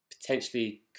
potentially